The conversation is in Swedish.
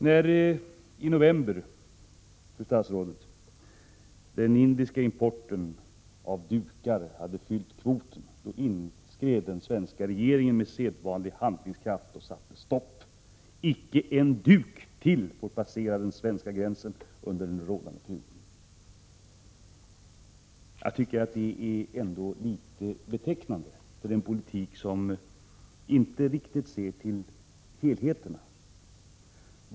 När kvoten i november för den indiska importen av dukar, fru statsråd, var fylld inskred den svenska regeringen med sedvanlig handlingskraft och satte stopp. Inte en duk till fick passera den svenska gränsen under den då innevarande perioden. Handlingssättet är belysande för en politik som inte ser till helheten.